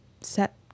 set